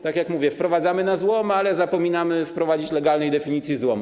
Tak jak mówię: wprowadzamy na złom, ale zapominamy wprowadzić legalnej definicji złomu.